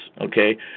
okay